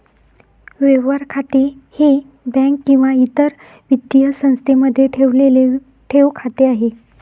व्यवहार खाते हे बँक किंवा इतर वित्तीय संस्थेमध्ये ठेवलेले ठेव खाते आहे